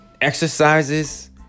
exercises